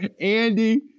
Andy